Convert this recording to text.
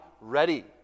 ready